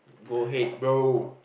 go ahead bro